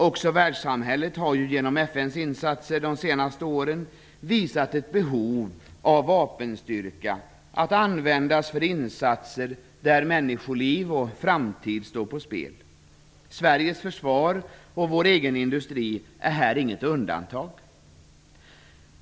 Också världssamhället har ju genom FN:s insatser de senaste åren visat att det finns ett behov av vapenstyrka när det gäller insatser där människoliv och framtid står på spel. Sveriges försvar och vår egen industri är här inget undantag.